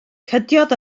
cydiodd